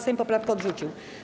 Sejm poprawkę odrzucił.